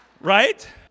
Right